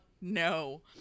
No